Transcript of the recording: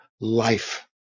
life